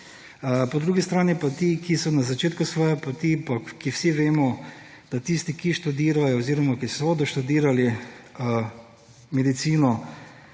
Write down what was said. po drugi strani pa ti, ki so na začetku svoje poti, pa ki vsi vemo, da tisti, ki študirajo oziroma ki so doštudirali medicino,